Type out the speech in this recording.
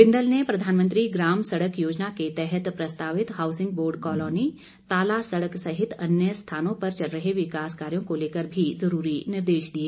बिंदल ने प्रधानमंत्री ग्राम सड़क योजना के तहत प्रस्तावित हाउसिंग बोर्ड कलौनी ताला सड़क सहित अन्य स्थानों पर चल रहे विकास कार्यों को लेकर भी जरूरी निर्देश दिए